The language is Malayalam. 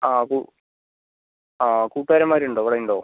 ആ കു ആ കൂട്ടുകാരന്മാർ ഉണ്ടോ ഇവിടെ ഉണ്ടോ